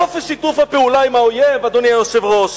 חופש שיתוף הפעולה עם האויב, אדוני היושב-ראש,